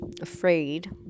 afraid